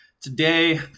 Today